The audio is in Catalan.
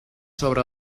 sobre